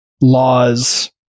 laws